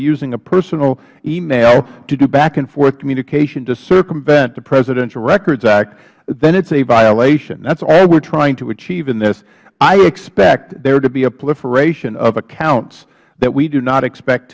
using a personal email to do back and forth communication to circumvent the presidential records act then it is a violation that is all we are trying to achieve in this i expect there to be a proliferation of accounts that we do not expect